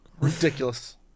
Ridiculous